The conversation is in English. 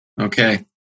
Okay